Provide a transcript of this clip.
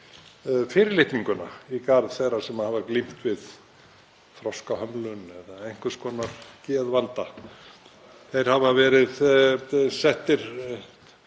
fyrirlitninguna í garð þeirra sem hafa glímt við þroskahömlun eða einhvers konar geðvanda. Þeir hafa verið settir